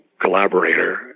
collaborator